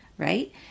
right